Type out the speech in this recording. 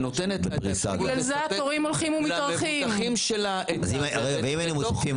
שנותנת למבוטחים שלה --- בגלל זה התורים הולכים ומתארכים.